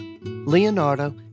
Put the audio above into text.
Leonardo